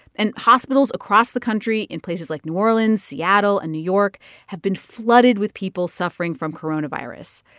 and hospitals across the country in places like new orleans, seattle and new york have been flooded with people suffering from coronavirus.